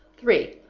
three.